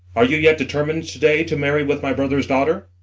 are you yet determin'd to-day to marry with my brother's daughter?